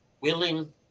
willing